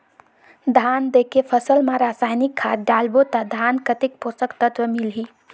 धान देंके फसल मा रसायनिक खाद डालबो ता धान कतेक पोषक तत्व मिलही?